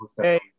Hey